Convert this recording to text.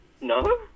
no